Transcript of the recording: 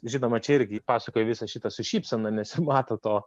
žinoma čia irgi pasakoju visą šitą su šypsena nesimato to